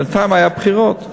בינתיים היו בחירות.